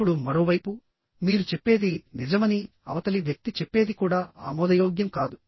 ఇప్పుడు మరోవైపు మీరు చెప్పేది నిజమని అవతలి వ్యక్తి చెప్పేది కూడా ఆమోదయోగ్యం కాదు